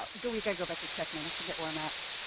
ah. ah. go we can go back to check manfred or not